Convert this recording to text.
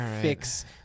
fix